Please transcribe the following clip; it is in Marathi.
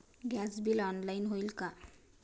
गॅस बिल ऑनलाइन होईल का?